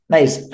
Nice